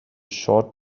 short